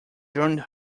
joined